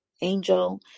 angel